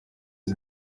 uba